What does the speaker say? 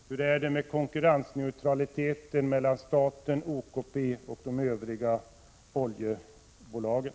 Hur är det med konkurrensneutraliteten mellan staten, OKP och de övriga oljebolagen?